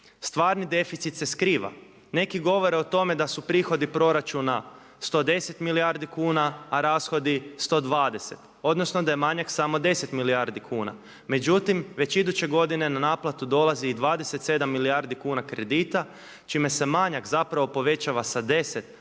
Stvarni deficit se skriva. Neki govore o tome da su prihodi proračuna 110 milijardi kuna, a rashodi 120, odnosno da je manjak samo 10 milijardi kuna. Međutim, već iduće godine na naplatu dolazi i 27 milijardi kuna kredita čime se manjak zapravo povećava sa 10 na 37 milijardi